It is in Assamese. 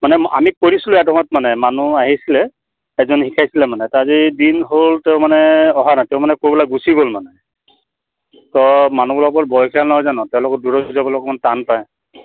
মানে আমি কৰিছিলোঁ এটা সময়ত মানে মানুহ আহিছিলে এজনে শিকাইছিলে মানে আজি দিন হ'ল তেওঁ মানে অহা নাই তেওঁ মানে ক'ৰবালে গুচি গ'ল মানে ত' মানুহবিলাক অলপ বয়সীয়াল নহয় জানো তেওঁলোকে দূৰৈত যাবলৈ অকণমান টান পায়